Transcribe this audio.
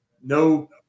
no